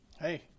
hey